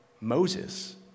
Moses